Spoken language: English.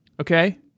Okay